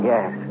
Yes